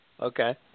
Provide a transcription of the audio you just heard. Okay